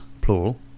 plural